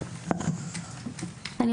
(אומרת דברים בשפת הסימנים,